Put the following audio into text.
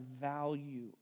value